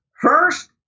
First